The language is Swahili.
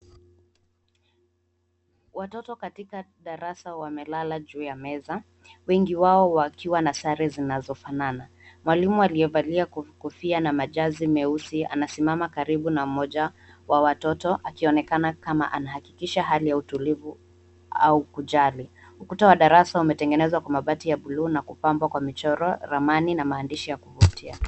Watoto katika darasa wamelala juu ya meza ,wengi wao wakiwa na sare zinazofanana, mwalimu aliyevalia kofia na majazi meusi anasimama karibu na mmoja wa watoto ,akionekana kama anahakikisha hali ya utulivu au kujali. Ukuta wa darasa umetengenezwa kwa mabati ya buluu na kupambwa kwa michoro, ramani na maandishi ya kuvutia.